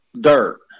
dirt